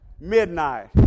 Midnight